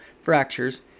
fractures